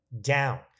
down